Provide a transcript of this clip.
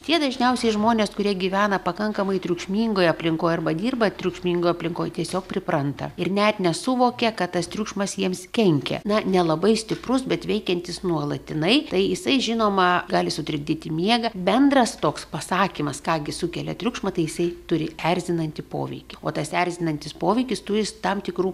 tie dažniausiai žmonės kurie gyvena pakankamai triukšmingoj aplinkoj arba dirba triukšmingoj aplinkoj tiesiog pripranta ir net nesuvokia kad tas triukšmas jiems kenkia na nelabai stiprus bet veikiantis nuolatinai tai jisai žinoma gali sutrikdyti miegą bendras toks pasakymas ką gi sukelia triukšmą tai jisai turi erzinantį poveikį o tas erzinantis poveikis turi jis tam tikrų